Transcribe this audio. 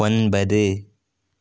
ஒன்பது